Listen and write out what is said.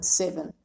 seven